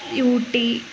Ooty